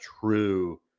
true